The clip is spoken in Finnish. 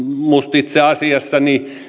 itse asiassa